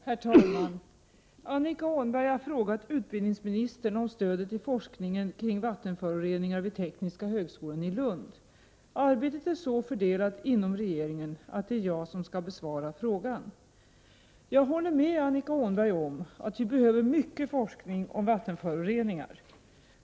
Herr talman! Annika Åhnberg har frågat utbildningsministern om stödet till forskningen kring vattenföroreningar vid tekniska högskolan i Lund. Arbetet är så fördelat inom regeringen att det är jag som skall besvara frågan. Jag håller med Annika Åhnberg om att vi behöver mycket forskning om vattenföroreningar.